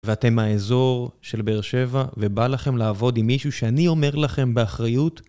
ואתם האזור של באר שבע ובא לכם לעבוד עם מישהו שאני אומר לכם באחריות